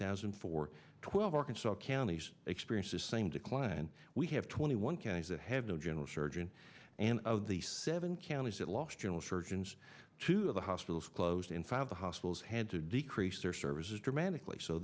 thousand and four twelve arkansas counties experiences same decline we have twenty one counties that have the general surgeon and of the seven counties that lost general surgeons two of the hospitals closed in five of the hospitals had to decrease their services dramatically so